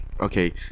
okay